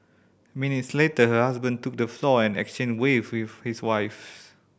minutes later her husband took the floor and exchanged waves with his wife